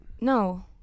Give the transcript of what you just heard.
No